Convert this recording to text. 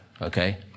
okay